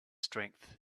strength